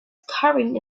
carrying